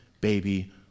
baby